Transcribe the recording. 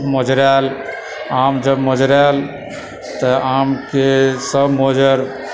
मोजरायल आम जब मोजरायल तऽ आमके सभ मजर